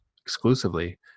exclusively